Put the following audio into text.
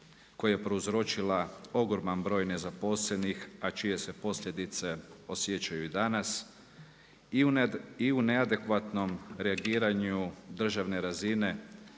koja je prouzročila ogroman broj nezaposlenih, a čije se posljedice osjećaju i danas i u neadekvatnom reagiranju državne razine